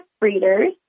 breeders